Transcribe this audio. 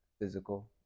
physical